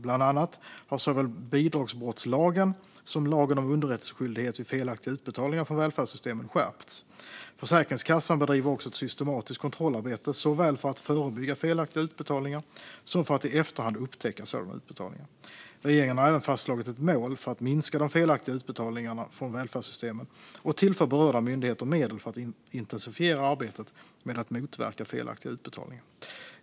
Bland annat har såväl bidragsbrottslagen som lagen om underrättelseskyldighet vid felaktiga utbetalningar från välfärdssystemen skärpts. Försäkringskassan bedriver också ett systematiskt kontrollarbete, såväl för att förebygga felaktiga utbetalningar som för att i efterhand upptäcka sådana utbetalningar. Regeringen har även fastslagit ett mål för att minska de felaktiga utbetalningarna från välfärdssystemen och tillför berörda myndigheter medel för att intensifiera arbetet med att motverka felaktiga utbetalningar.